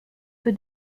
für